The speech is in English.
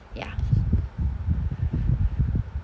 ya